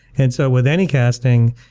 and so with any casting,